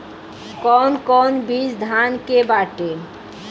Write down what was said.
कौन कौन बिज धान के बाटे?